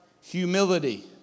humility